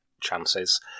chances